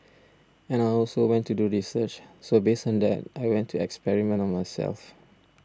and I also went to do research so based on that I went to experiment on myself